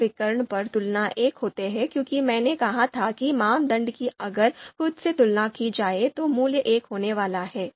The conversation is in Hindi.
मुख्य विकर्ण पर तुलना 1 होती है क्योंकि मैंने कहा था कि मानदंड की अगर खुद से तुलना की जाए तो मूल्य 1 होने वाला है